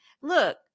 look